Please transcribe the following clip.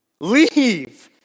Leave